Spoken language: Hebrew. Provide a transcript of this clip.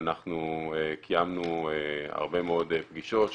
אנחנו קיימנו הרבה מאוד פגישות,